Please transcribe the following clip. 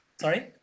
Sorry